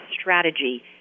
strategy